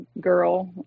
girl